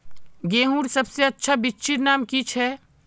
गेहूँर सबसे अच्छा बिच्चीर नाम की छे?